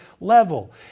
level